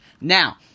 Now